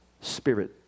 spirit